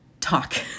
talk